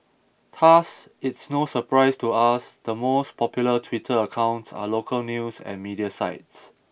thus it's no surprise to us the most popular Twitter accounts are local news and media sites